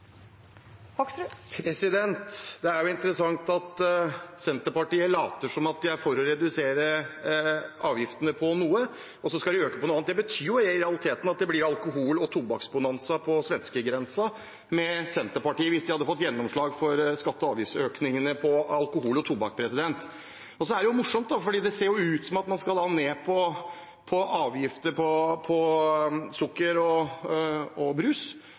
for å redusere avgiftene på noe, og så skal man øke dem på noe annet. Det betyr i realiteten at det hadde blitt alkohol- og tobakkbonanza på svenskegrensen hvis Senterpartiet hadde fått gjennomslag for skatte- og avgiftsøkningene på alkohol og tobakk. Så er det morsomt, for det ser ut som man skal ta ned avgiftene på sukker og brus, at Kjersti Toppe har stått i denne salen og